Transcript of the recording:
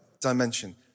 dimension